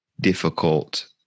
difficult